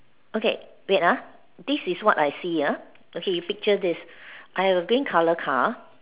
okay wait ah this is what I see ah okay you picture this I have a green colour car